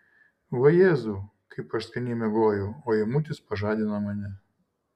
vajezau kaip aš skaniai miegojau o eimutis pažadino mane